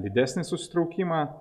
didesnį susitraukimą